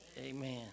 Amen